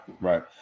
right